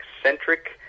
eccentric